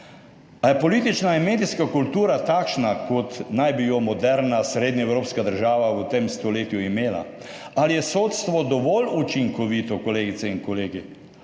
Ali je politična in medijska kultura takšna, kot naj bi jo moderna srednjeevropska država v tem stoletju imela? Ali je sodstvo dovolj učinkovito, kolegice in kolegi,